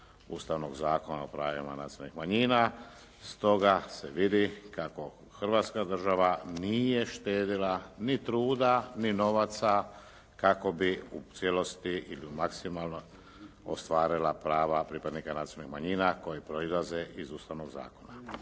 Ustavnog zakona o pravima nacionalnih manjina. Stoga se vidi kako Hrvatska država nije štedila ni trudila ni novaca kako bi u cijelosti ili u maksimalno ostvarila prava pripadnika nacionalnih manjina koji proizlaze iz ustavnog zakona.